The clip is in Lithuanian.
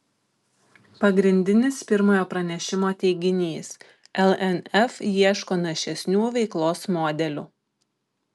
pagrindinis pirmojo pranešimo teiginys lnf ieško našesnių veiklos modelių